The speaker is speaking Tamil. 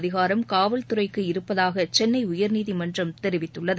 அதிகாரம் காவல்துறைக்கு இருப்பதாக சென்னை உயர்நீதிமன்றம் தெரிவித்துள்ளது